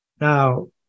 Now